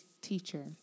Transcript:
teacher